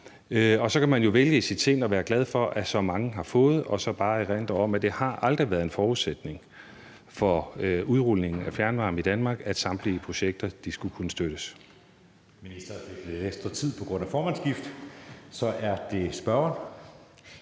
Og så kan man jo vælge i sit sind at være glad for, at så mange har fået. Så vil jeg bare erindre om, at det aldrig har været en forudsætning for udrulningen af fjernvarme i Danmark, at samtlige projekter skulle kunne støttes.